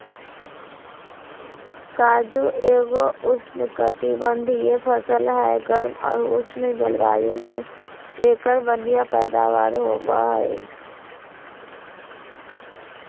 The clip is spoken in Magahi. काजू एगो उष्णकटिबंधीय फसल हय, गर्म आर उष्ण जलवायु मे एकर बढ़िया पैदावार होबो हय